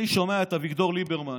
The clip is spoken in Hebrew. אני שומע את אביגדור ליברמן